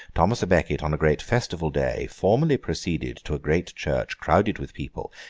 thomas a becket, on a great festival day, formally proceeded to a great church crowded with people,